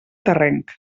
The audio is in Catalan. terrenc